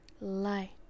light